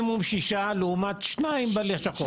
בשנה, לעומת שניים בלשכות.